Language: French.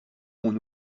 mon